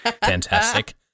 Fantastic